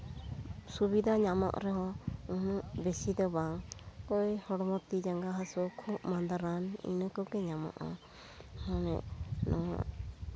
ᱥᱩᱵᱤᱫᱷᱟ ᱧᱟᱢᱚᱜ ᱨᱮᱦᱚᱸ ᱩᱱᱟᱹᱜ ᱵᱮᱥᱤ ᱫᱚ ᱵᱟᱝ ᱚᱠᱚᱭ ᱦᱚᱲᱢᱚ ᱛᱤ ᱡᱟᱸᱜᱟ ᱦᱟᱹᱥᱩ ᱠᱷᱩᱜ ᱢᱟᱸᱫᱟ ᱨᱟᱱ ᱤᱱᱟᱹ ᱠᱚᱜᱮ ᱧᱟᱢᱚᱜᱼᱟ ᱢᱟᱱᱮ ᱱᱚᱣᱟ